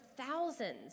thousands